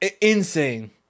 Insane